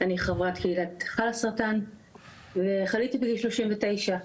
אני חברת קהילת חאלסרטן וחליתי בגיל 39,